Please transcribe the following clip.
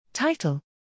Title